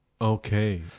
Okay